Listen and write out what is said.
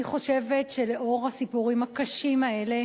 אני חושבת שלאור הסיפורים הקשים האלה